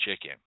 chicken